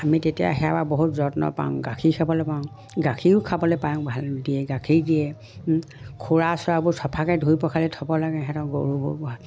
আমি তেতিয়া সেৱা বহুত যত্ন পাওঁ গাখীৰ খোবলৈ পাওঁ গাখীৰো খাবলৈ পাওঁ ভাল দিয়ে গাখীৰ দিয়ে খুৰা চুৰাবোৰ চফাকৈ ধুই পখালি থ'ব লাগে সিহঁতক গৰুবোৰ